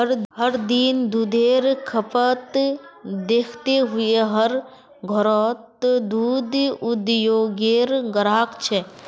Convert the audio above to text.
हर दिन दुधेर खपत दखते हुए हर घोर दूध उद्द्योगेर ग्राहक छे